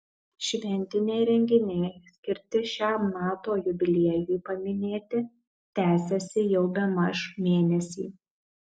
šventiniai renginiai skirti šiam nato jubiliejui paminėti tęsiasi jau bemaž mėnesį